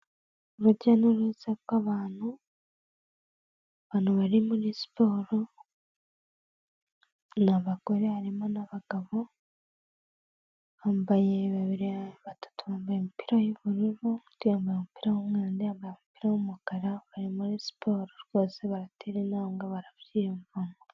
Urujya n'uruza rw'abantu, abantu bari muri siporo, ni abagore harimo n'abagabo, bambaye babiri, batatu bambaye imipira y'ubururu undi yambaye umupira w'umweru undi yambaye umupira w'umukara, bari muri siporo rwose baratera intambwe barabyiyumvamo.